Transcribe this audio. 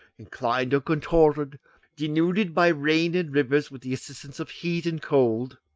inclined or contorted denuded by rain and rivers with the assistance of heat and cold,